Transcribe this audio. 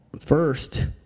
first